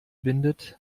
bindet